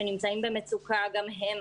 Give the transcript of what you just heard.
שנמצאים במצוקה גם הם,